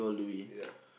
ya